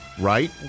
right